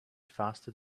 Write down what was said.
faster